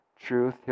truth